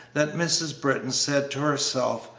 that mrs. britton said to herself,